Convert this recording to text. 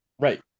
Right